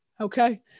okay